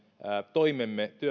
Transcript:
toimemme